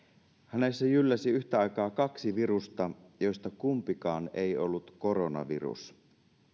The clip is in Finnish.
hänessä jylläsi yhtä aikaa kaksi virusta joista kumpikaan ei ollut koronavirus